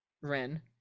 Ren